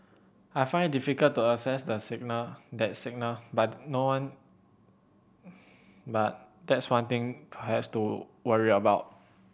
I find it difficult to assess that signal that signal but no one but that's one thing perhaps to worry about